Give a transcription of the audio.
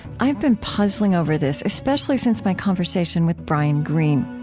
i've been puzzling over this, especially since my conversation with brian greene.